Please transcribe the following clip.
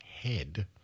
Head